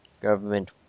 Government